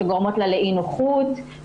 שגורמות לה לאי נוחות.